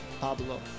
Pablo